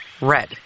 Red